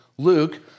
Luke